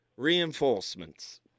Reinforcements